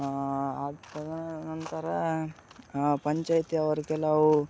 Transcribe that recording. ಆ ತದನಂತರ ಪಂಚಾಯತಿಯವರು ಕೆಲವು